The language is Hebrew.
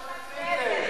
תקראי בתקנון הכנסת.